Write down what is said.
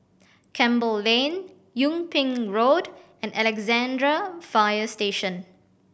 Campbell Lane Yung Ping Road and Alexandra Fire Station